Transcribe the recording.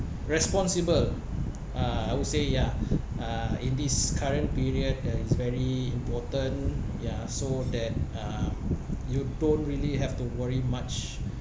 responsible uh I would say ya uh in this current period that is very important ya so that uh you don't really have to worry much